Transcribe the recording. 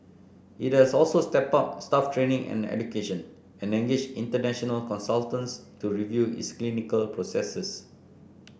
it has also stepped up staff training and education and engage international consultants to review its clinical processes